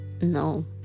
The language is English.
no